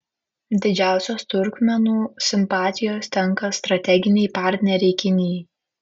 didžiausios turkmėnų simpatijos tenka strateginei partnerei kinijai